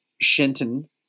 Shenton